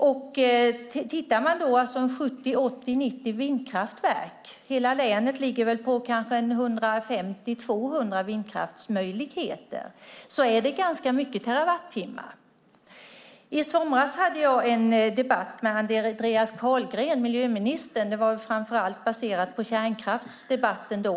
Sett utifrån 70, 80 eller 90 vindkraftverk - i hela länet handlar det kanske om 150-200 vindkraftsmöjligheter - rör det sig om ganska många terawattimmar. I somras hade jag en debatt med miljöminister Andreas Carlgren framför allt baserad på kärnkraftsdebatten då.